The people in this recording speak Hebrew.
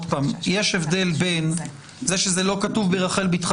יש הבדל בין זה שזה לא כתוב ברחל בתך